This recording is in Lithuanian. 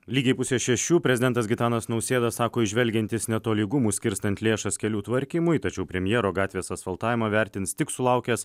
lygiai pusę šešių prezidentas gitanas nausėda sako įžvelgiantis netolygumų skirstant lėšas kelių tvarkymui tačiau premjero gatvės asfaltavimą vertins tik sulaukęs